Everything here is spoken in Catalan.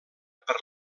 per